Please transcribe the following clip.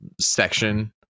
section